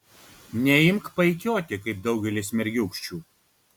neimk paikioti kaip daugelis mergiūkščių